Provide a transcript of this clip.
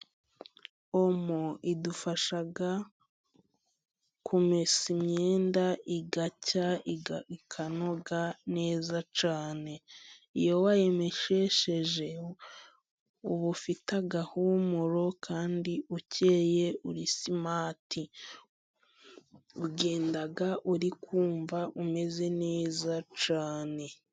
Omo idufasha kumesa imyenda igacya, ikanoga neza cyane. Iyo wayimeshesheje, uba ufite agahumuro kandi ukeye uri simati. Ugenda uri kumva umeze neza cyane.